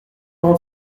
avant